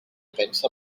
pensa